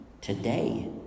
today